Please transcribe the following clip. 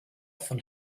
von